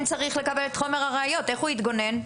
איך הוא יתגונן?